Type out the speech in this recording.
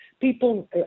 people